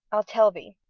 i'll tell thee,